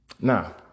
Now